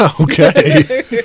Okay